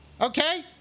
okay